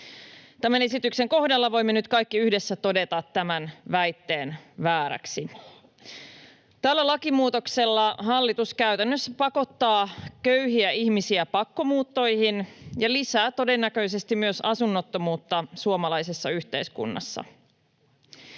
Tämän esityksen kohdalla voimme nyt kaikki yhdessä todeta tämän väitteen vääräksi. Tällä lakimuutoksella hallitus käytännössä pakottaa köyhiä ihmisiä pakkomuuttoihin ja lisää todennäköisesti myös asunnottomuutta suomalaisessa yhteiskunnassa.